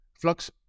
Flux